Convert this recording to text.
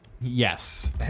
Yes